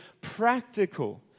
practical